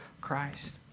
Christ